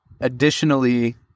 additionally